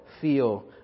feel